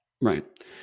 Right